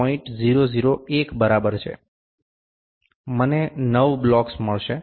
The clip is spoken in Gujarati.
001 બરાબર છે મને નવ બ્લોક્સ મળશે